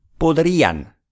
Podrían